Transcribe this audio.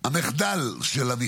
חבר הכנסת יאסר חוגי'ראת,